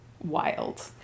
wild